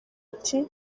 ati